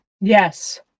Yes